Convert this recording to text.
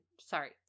sorry